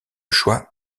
choix